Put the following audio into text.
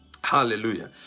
Hallelujah